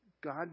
God